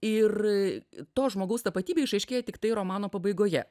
ir to žmogaus tapatybė išaiškėja tiktai romano pabaigoje